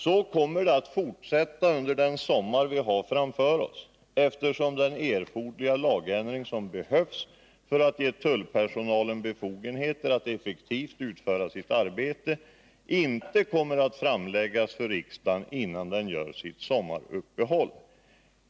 Så kommer det också att fortsätta under den sommar som vi har framför oss, eftersom den erforderliga lagändringen för att ge tullpersonalen befogenheter att effektivt utföra sitt arbete inte kommer att kunna framläggas för riksdagen, innan denna gör sitt sommaruppehåll.